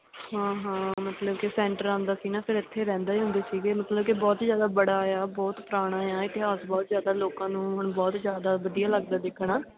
ਹਾਂ ਹਾਂ ਮਤਲਬ ਕਿ ਸੈਂਟਰ ਆਉਂਦਾ ਸੀ ਨਾ ਫਿਰ ਇੱਥੇ ਰਹਿੰਦੇ ਹੁੰਦੇ ਸੀਗੇ ਮਤਲਬ ਕਿ ਬਹੁਤ ਹੀ ਜ਼ਿਆਦਾ ਬੜਾ ਆ ਬਹੁਤ ਪੁਰਾਣਾ ਆ ਇਤਿਹਾਸ ਬਹੁਤ ਜ਼ਿਆਦਾ ਲੋਕਾਂ ਨੂੰ ਹੁਣ ਬਹੁਤ ਜ਼ਿਆਦਾ ਵਧੀਆ ਲੱਗਦਾ ਦੇਖਣਾ